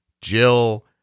Jill